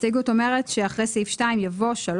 ההסתייגות אומרת שאחרי סעיף 2 יבוא '3.